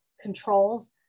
controls